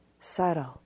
subtle